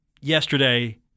yesterday